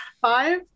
Five